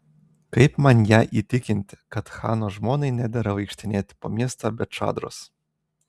kaip man ją įtikinti kad chano žmonai nedera vaikštinėti po miestą be čadros